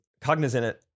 cognizant